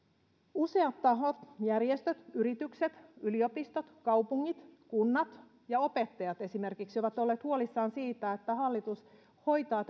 useat tahot järjestöt yritykset yliopistot kaupungit kunnat ja opettajat esimerkiksi ovat olleet huolissaan siitä että hallitus hoitaa